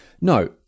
No